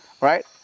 right